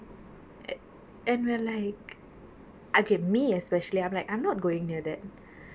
an~ and when like okay me especially I'm like I'm not going near that